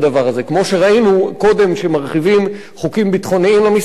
כמו שראינו קודם שמרחיבים חוקים ביטחוניים למסתננים,